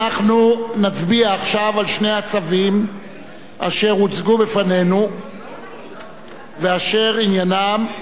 אנחנו נצביע עכשיו על שני הצווים אשר הוצגו בפנינו ואשר עניינם,